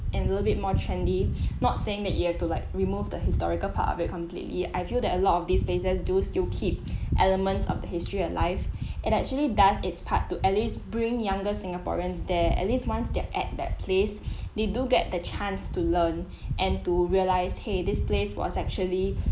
and a little bit more trendy not saying that you have to like remove the historical part of it completely I feel that a lot of these spaces do still keep elements of the history alive and actually does it's part to at least bring younger singaporeans there at least once they're at that place they do get the chance to learn and to realize !hey! this place was actually